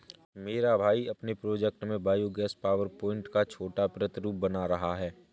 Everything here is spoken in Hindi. मेरा भाई अपने प्रोजेक्ट में बायो गैस पावर प्लांट का छोटा प्रतिरूप बना रहा है